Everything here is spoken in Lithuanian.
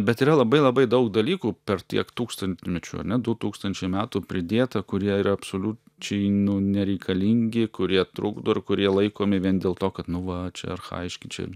bet yra labai labai daug dalykų per tiek tūkstantmečių ar ne du tūkstančiai metų pridėta kurie yra absoliučiai nu nereikalingi kurie trukdo ir kurie laikomi vien dėl to kad nu va čia archajiški čia